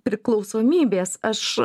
kopriklausomybės aš